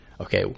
okay